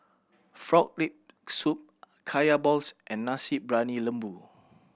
Frog Leg Soup Kaya balls and Nasi Briyani Lembu